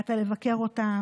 באת לבקר אותם,